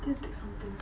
can I take something